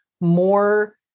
more